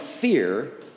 fear